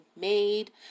made